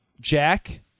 Jack